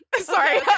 Sorry